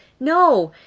no.